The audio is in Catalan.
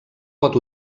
pot